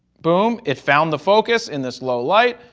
boom. it found the focus in this low light.